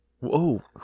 Whoa